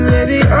Baby